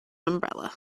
umbrella